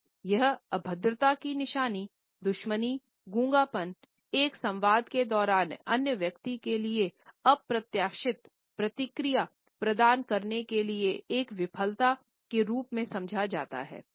यह अभद्रता की निशानी दुश्मनीगूंगापन एक संवाद के दौरान अन्य व्यक्ति के लिए अप्रत्याशित प्रतिक्रिया प्रदान करने के लिए एक विफलता के रूप में समझा जाता है